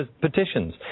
petitions